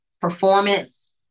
performance